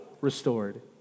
Restored